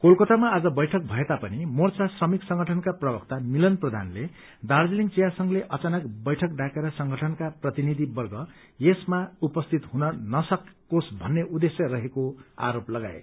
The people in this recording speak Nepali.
कोलकतामा आज बैठक भए तापनि मोर्चा श्रमिक संगठनका प्रवक्ता मिलन प्रधानले दार्जीलिङ चिया संघले अचानक बैठक डाकेर संगठनका प्रतिनिधिवर्ग यसमा उपस्थित हुन नसकोस भन्ने उद्देश्य रहेको आरोप लगाए